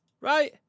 Right